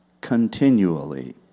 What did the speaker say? Continually